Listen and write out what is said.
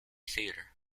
theatre